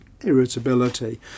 irritability